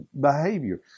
behavior